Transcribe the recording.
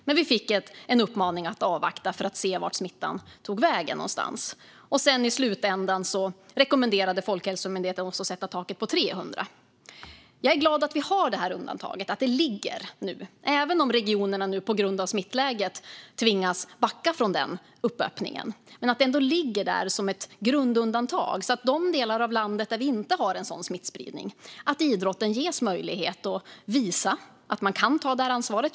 Men vi fick en uppmaning om att avvakta för att se vart smittan skulle ta vägen. I slutänden rekommenderade Folkhälsomyndigheten oss att sätta taket på 300. Jag är glad att vi har det här undantaget. Även om regionerna nu på grund av smittläget tvingas backa från öppningen ligger det ändå där som ett grundundantag så att idrotten i de delar av landet där vi inte har en sådan smittspridning ges möjlighet att visa att man kan ta det här ansvaret.